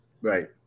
Right